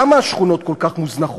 למה השכונות כל כך מוזנחות?